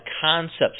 concepts